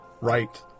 right